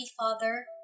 Father